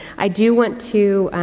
i do want to,